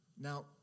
Now